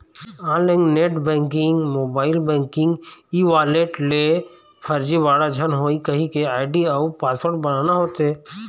online net banking, mobile banking, e wallet ले फरजीवाड़ा झन होए कहिके आईडी अउ पासवर्ड बनाना होथे